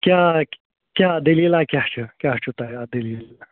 کیٛاہ کیٛاہ دٔلیٖلَہ کیٛاہ چھِ کیٛاہ چھُو تۄہہِ اَتھ دٔلیٖل